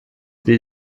wie